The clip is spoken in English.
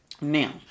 now